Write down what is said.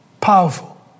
Powerful